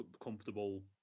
comfortable